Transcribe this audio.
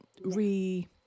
re